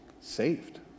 saved